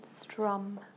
strum